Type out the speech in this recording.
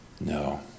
No